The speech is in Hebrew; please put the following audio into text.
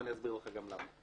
ואני אסביר לך גם למה.